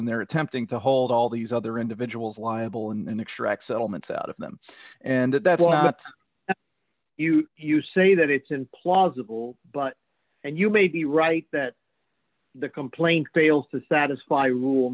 and they're attempting to hold all these other individuals liable and extract settlements out of them and you say that it's implausible but you may be right that the complaint fails to satisfy rule